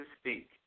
speak